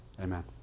amen